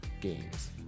Games